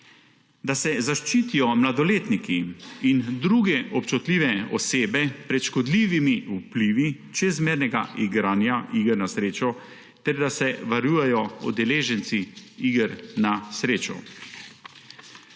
da se zaščitijo mladoletniki in druge občutljive osebe pred škodljivimi vplivi čezmernega igranja iger na srečo ter da se varujejo udeleženci iger na srečo.